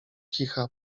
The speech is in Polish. kicha